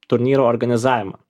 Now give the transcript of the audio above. turnyro organizavimą